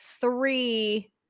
three